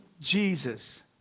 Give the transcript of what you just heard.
Jesus